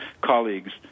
colleagues